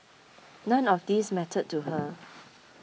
none of these mattered to her